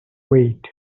wait